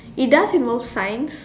it does involve science